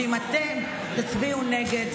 ואם תצביעו נגד,